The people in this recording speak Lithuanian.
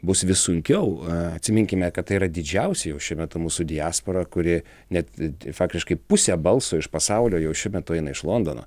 bus vis sunkiau atsiminkime kad tai yra didžiausia jau šiuo metu mūsų diaspora kuri net faktiškai pusė balso iš pasaulio jau šiuo metu eina iš londono